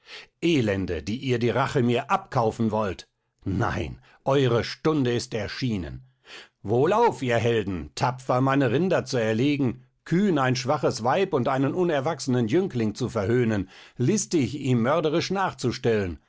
elende die ihr die rache mir abkaufen wollt nein eure stunde ist erschienen wohlauf ihr helden tapfer meine rinder zu erlegen kühn ein schwaches weib und einen unerwachsenen jüngling zu verhöhnen listig ihm mörderisch nachzustellen